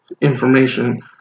information